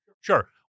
Sure